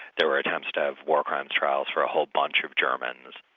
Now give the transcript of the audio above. there were attempts to have war crimes trials for a whole bunch of germans,